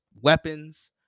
weapons